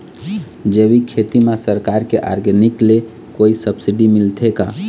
जैविक खेती म सरकार के ऑर्गेनिक ले कोई सब्सिडी मिलथे का?